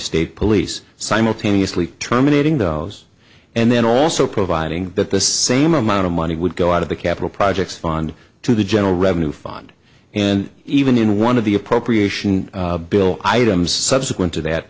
state police simultaneously terminating the elves and then also providing that the same amount of money would go out of the capital projects fund to the general revenue fund and even in one of the appropriation bill items subsequent to that